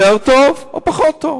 יותר טוב או פחות טוב?